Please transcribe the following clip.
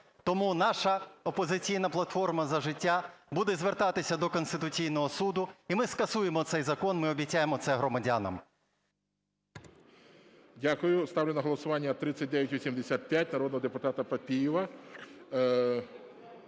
Тому наша "Опозиційна платформа - За життя" буде звертатися до Конституційного Суду, і ми скасуємо цей закон, ми обіцяємо це громадянам. ГОЛОВУЮЧИЙ. Дякую. Ставлю на голосування 3985 народного депутата Папієва.